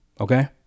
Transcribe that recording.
Okay